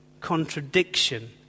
contradiction